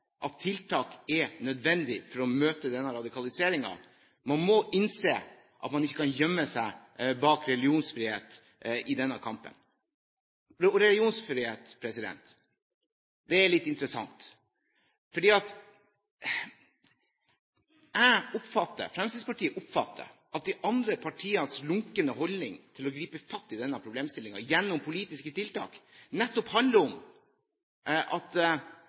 at tiltak er nødvendig for å møte denne radikaliseringen. Man må innse at man ikke kan gjemme seg bak religionsfrihet i denne kampen. Religionsfrihet er litt interessant. Jeg og Fremskrittspartiet oppfatter at de andre partienes lunkne holdning til å gripe fatt i denne problemstillingen gjennom politiske tiltak nettopp handler om at